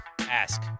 Ask